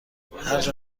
هرجا